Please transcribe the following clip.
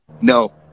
No